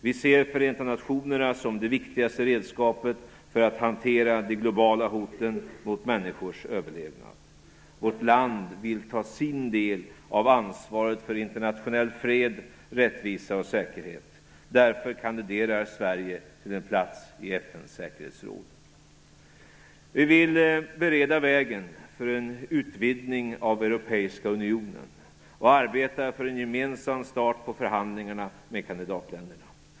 Vi ser Förenta nationerna som det viktigaste redskapet för att hantera de globala hoten mot människors överlevnad. Vårt land vill ta sin del av ansvaret för internationell fred, rättvisa och säkerhet. Därför kandiderar Sverige till en plats i FN:s säkerhetsråd. Vi vill bereda vägen för en utvidgning av Europeiska unionen och arbetar för en gemensam start på förhandlingarna med kandidatländerna.